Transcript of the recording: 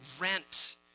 rent